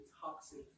toxic